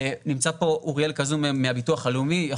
נמצא פה אוריאל כזום מהביטוח הלאומי,